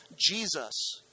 Jesus